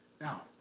now